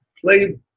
play